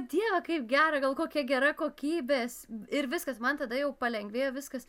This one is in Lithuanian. dieve kaip gera gal kokia gera kokybės ir viskas man tada jau palengvėjo viskas